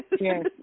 yes